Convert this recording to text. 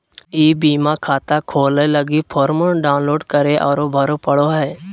ई बीमा खाता खोलय लगी फॉर्म डाउनलोड करे औरो भरे पड़ो हइ